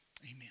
Amen